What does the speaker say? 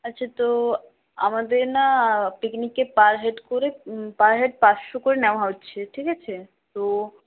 আচ্ছা তো আমাদের না পিকনিকে পার হেড করে পার হেড পাঁচশো করে নেওয়া হচ্ছে ঠিক আছে তো